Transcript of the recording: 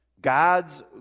God's